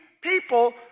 people